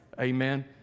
amen